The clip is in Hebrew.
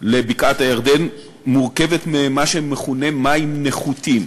לבקעת-הירדן מורכבת ממה שמכונה "מים נחותים"